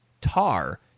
tar